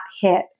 hit